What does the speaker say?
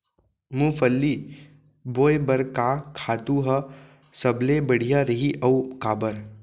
मूंगफली बोए बर का खातू ह सबले बढ़िया रही, अऊ काबर?